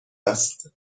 است